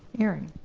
aaron?